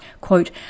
Quote